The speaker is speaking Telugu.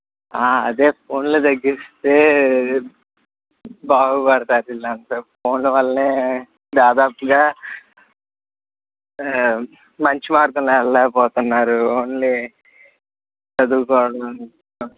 అదే ఫోన్లు తగ్గిస్తే బాగుపడతారు వీళ్ళు అంతా ఫోన్ల వల్ల దాదాపుగా మంచి మార్గంలో వెళ్ళలేకపోతున్నారు ఓన్లీ చదువుకోవడం